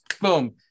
Boom